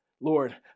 lord